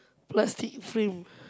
plastic frame